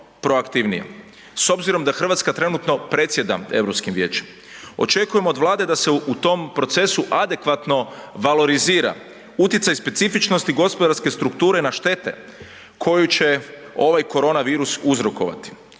S obzirom da Hrvatska trenutno predsjeda Europskim vijećem očekujem od Vlade da se u tom procesu adekvatno valorizira utjecaj specifičnosti gospodarske strukture na štete koju će ovaj korona virus uzrokovati.